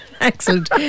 Excellent